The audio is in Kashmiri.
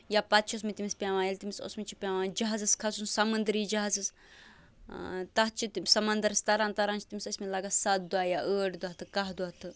یا پَتہٕ چھُ اوسمُت تٔمِس پٮ۪وان ییٚلہِ تٔمِس اوسمُت چھُ پٮ۪وان جہازَس کھسُن سَمَنٛدری جہازس تَتھ چھِ تٔمِس سَمَنٛدرَس تَران تَران چھِ تٔمِس ٲسۍ مٕتۍ لَگان سَتھ دۄہ یا ٲٹھ دۄہ تہٕ کاہ دۄہ تہِ